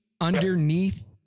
underneath